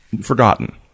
forgotten